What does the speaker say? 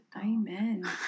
Amen